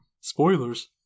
Spoilers